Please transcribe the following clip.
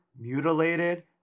mutilated